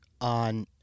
on